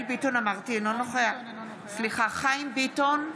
מיכאל מרדכי ביטון,